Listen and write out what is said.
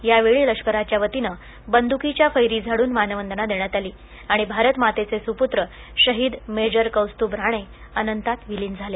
यावेळी लष्कराच्या वतीनं बंदुकीच्या फैरी झाडून मानवंदना देण्यात आली आणि भारत मातेचे सुपूत्र शहीद मेजर कौस्तुभ राणे बनंतात विलीन झाले